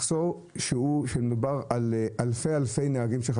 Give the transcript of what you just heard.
מחסור של אלפי נהגים.